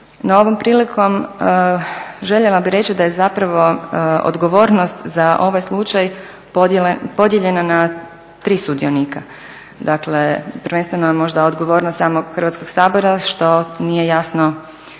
No, ovom prilikom željela bih reći da je zapravo odgovornost za ovaj slučaj podijeljena na tri sudionika. Dakle, prvenstveno je možda odgovornost samog Hrvatskog sabora što nije jasno